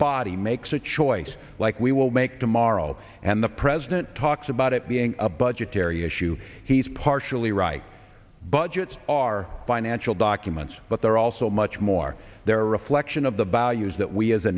body makes a choice like we will make tomorrow and the president talks about it being a budgetary issue he's partially right budgets are financial documents but they're also much more there are a reflection of the values that we as a